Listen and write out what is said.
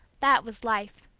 that was life.